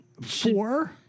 four